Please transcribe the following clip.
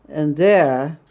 and there